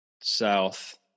south